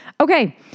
Okay